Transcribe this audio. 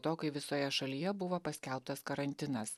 to kai visoje šalyje buvo paskelbtas karantinas